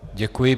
Děkuji.